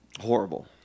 Horrible